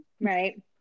Right